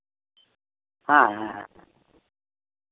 ᱦᱮᱸ ᱦᱮᱸ